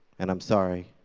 and i'm sorry.